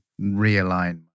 realign